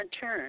turn